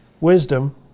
wisdom